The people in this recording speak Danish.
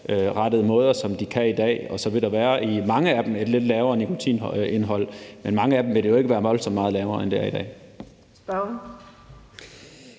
børnerettede måder, som de kan i dag, og så vil der i mange af dem være et lidt lavere nikotinindhold, men for mange af dem vil det ikke være voldsomt meget lavere, end det er i dag.